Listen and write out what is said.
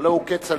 הלוא הוא כצל'ה.